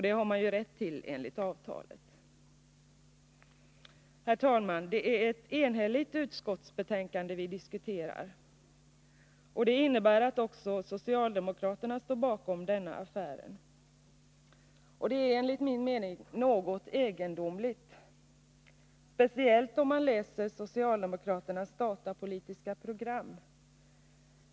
Det har man ju rätt till enligt avtalet. Herr talman! Det är ett enhälligt utskottsbetänkande som vi diskuterar. Det innebär att också socialdemokraterna står bakom denna affär. Det är enligt min mening något egendomligt, speciellt om man läser socialdemokraternas datapolitiska program.